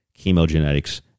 chemogenetics